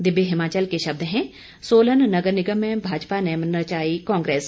दिव्य हिमाचल के शब्द हैं सोलन नगर निगम में भाजपा ने नचाई कांग्रेस